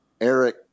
Eric